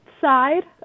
side